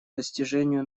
достижению